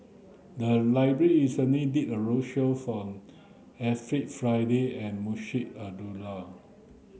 the library recently did a roadshow for Alfred Frisby and Munshi Abdullah